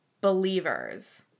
believers